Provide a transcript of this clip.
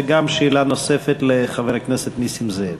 וגם שאלה נוספת לחבר הכנסת נסים זאב.